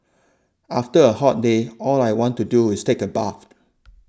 after a hot day all I want to do is take a bath